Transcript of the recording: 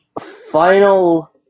final